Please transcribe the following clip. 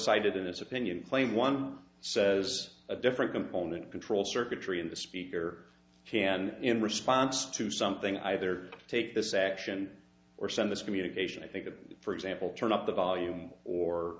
cited in his opinion claim one says a different component control circuitry in the speaker can in response to something either take this action or send this communication i think of for example turn up the volume or